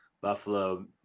buffalo